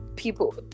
People